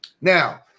Now